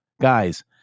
guys